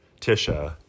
Tisha